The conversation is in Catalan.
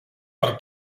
per